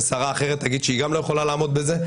ושרה אחרת תגיד שהיא גם לא יכולה לעמוד בזה.